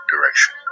direction